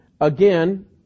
again